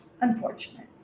Unfortunate